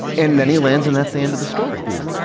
and then he lands and that's the end of the story. yeah,